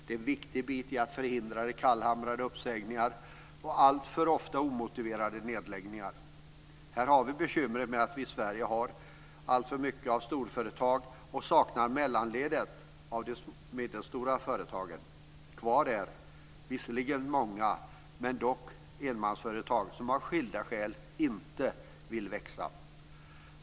Det är en viktig bit i att förhindra de kallhamrade uppsägningarna och alltför ofta omotiverade nedläggningarna. Här har vi bekymmer i och med att vi i Sverige har alltför mycket av storföretag och saknar mellanledet - de medelstora företagen. Kvar är visserligen många men dock enmansföretag som av skilda skäl inte vill växa.